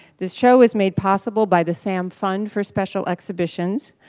this show is made possible by the sam fund for special exhibitions.